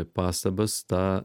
pastabas tą